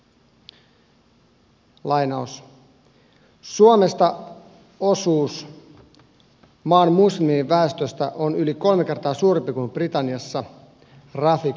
suomessa taistelijoiden osuus maan muslimiväestöstä on yli kolme kertaa suurempi kuin britanniassa rafiq totesi ylelle